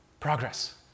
Progress